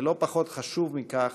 ולא פחות חשוב מזה,